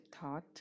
thought